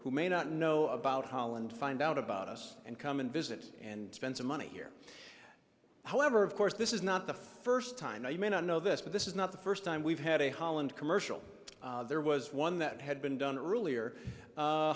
who may not know about holland find out about us and come and visit and spend some money here however of course this is not the first time no you may not know this but this is not the first time we've had a holland commercial there was one that had been done earlier